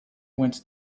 went